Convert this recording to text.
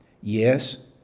Yes